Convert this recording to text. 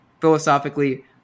philosophically